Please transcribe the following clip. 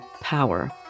power